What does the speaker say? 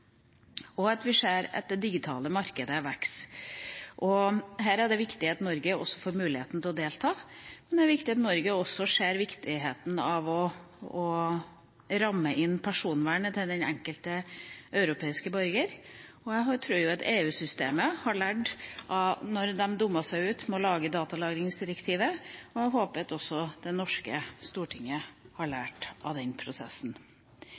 Vi ser det digitale markedet vokser. Her er det viktig at Norge får mulighet til å delta, og at Norge ser viktigheten av å ramme inn personvernet til den enkelte europeiske borger. Jeg tror EU-systemet har lært etter at de dummet seg ut ved å lage datalagringsdirektivet. Jeg håper at det norske Stortinget også har lært av den prosessen.